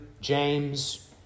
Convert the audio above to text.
James